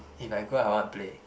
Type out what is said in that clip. if I go I wanna play